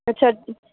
अच्छा